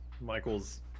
michael's